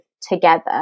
together